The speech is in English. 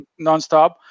nonstop